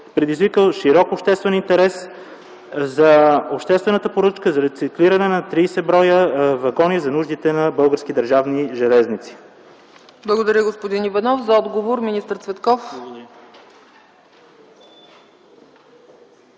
предизвикал широк обществен интерес, за обществената поръчка за рециклиране на 30 броя вагони за нуждите на Български държавни железници. ПРЕДСЕДАТЕЛ ЦЕЦКА ЦАЧЕВА: Благодаря, господин Иванов. За отговор – министър Цветков.